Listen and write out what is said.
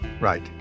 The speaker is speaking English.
Right